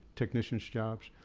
technicians jobs.